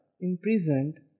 imprisoned